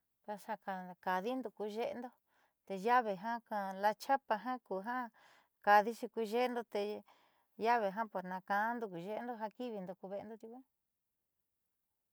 Ja kaadiindo ku ye'endo te llave la chapa ja ku ja kaadiixi ku ye'endo te llave jiaa naakaando ku ye'endo ja ki'ivindo ku ve'endo tiukune.